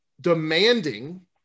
demanding